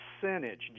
percentage